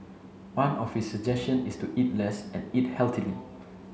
one of his suggestion is to eat less and eat healthily